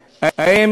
האלה?